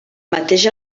mateix